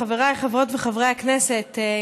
חבריי חברות וחברי הכנסת,